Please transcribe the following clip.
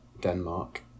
Denmark